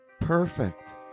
perfect